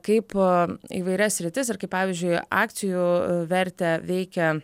kaip įvairias sritis ir kaip pavyzdžiui akcijų vertę veikia